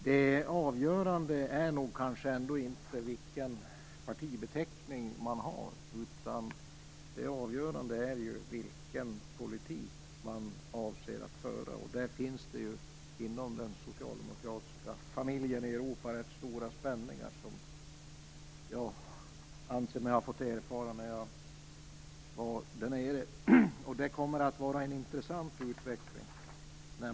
Det avgörande är ändå kanske inte vilken partibeteckning som man har, utan det avgörande är vilken politik som man avser att föra. Inom den socialdemokratiska familjen i Europa finns det ju rätt stora spänningar, vilket jag ansett mig ha fått erfara när jag var där nere. Utvecklingen kommer att bli intressant.